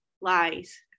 lies